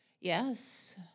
Yes